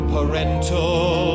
Parental